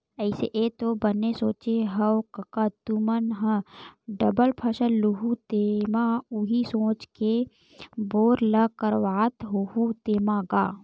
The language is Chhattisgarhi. अइसे ऐ तो बने सोचे हँव कका तुमन ह डबल फसल लुहूँ तेमा उही सोच के बोर ल करवात होहू तेंमा गा?